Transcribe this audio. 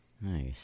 Nice